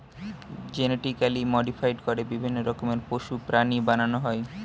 genetically modify করে বিভিন্ন রকমের পশু, প্রাণী বানানো হয়